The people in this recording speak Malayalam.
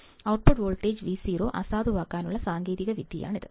ഔട്ട്പുട്ട് വോൾട്ടേജ് Vo അസാധുവാക്കാനുള്ള സാങ്കേതികതയാണിത്